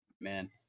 Man